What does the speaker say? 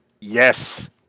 Yes